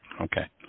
Okay